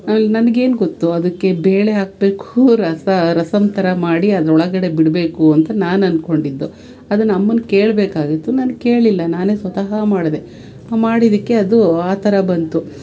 ಆಮೇಲೆ ನನ್ಗೇನು ಗೊತ್ತು ಅದಕ್ಕೆ ಬೇಳೆ ಹಾಕ್ಬೇಕು ರಸ ರಸಮ್ ಥರ ಮಾಡಿ ಅದ್ರೊಳಗಡೆ ಬಿಡಬೇಕು ಅಂತ ನಾನು ಅನ್ಕೊಂಡಿದ್ದು ಅದನ್ನು ಅಮ್ಮನ ಕೇಳಬೇಕಾಗಿತ್ತು ನಾನು ಕೇಳಲಿಲ್ಲ ನಾನೇ ಸ್ವತಹ ಮಾಡಿದೆ ಮಾಡಿದಕ್ಕೆ ಅದು ಆ ಥರ ಬಂತು